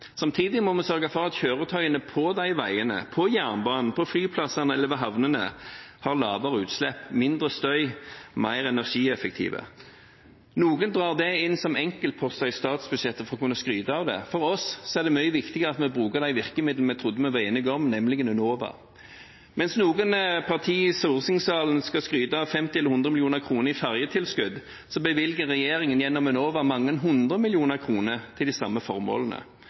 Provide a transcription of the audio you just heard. Samtidig må vi sørge for at kjøretøyene på veiene, på jernbanen, på flyplassene eller ved havnene har lavere utslipp, mindre støy, er mer energieffektive. Noen drar det inn som enkeltposter i statsbudsjettet for å kunne skryte av det. For oss er det mye viktigere at vi bruker de virkemidlene vi trodde vi var enige om, nemlig Enova. Mens noen partier i stortingssalen skal skryte av 50 eller 100 mill. kr i ferjetilskudd, bevilger regjeringen gjennom Enova mange hundre millioner kroner til de samme formålene.